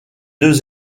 deux